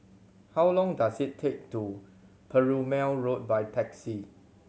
how long does it take to Perumal Road by taxi